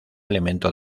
elemento